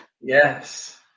Yes